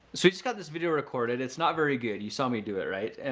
so, you just got this video recorded. it's not very good, you saw me do it right?